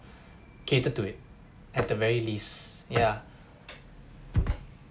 cater to it at the very least ya